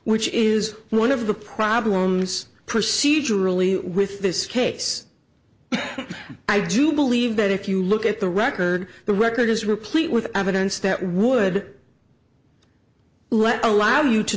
which is one of the problems procedurally with this case i do believe that if you look at the record the record is replete with evidence that would let allow you to